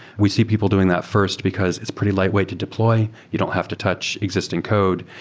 we see people doing that first because it's pretty lightweight to deploy. you don't have to touch existing code.